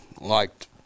liked